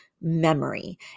Memory